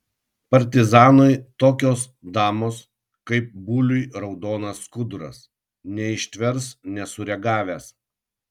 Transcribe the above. partizanui tokios damos kaip buliui raudonas skuduras neištvers nesureagavęs